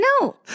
No